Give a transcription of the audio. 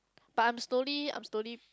but I'm slowly I'm slowly